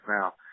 now